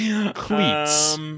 Cleats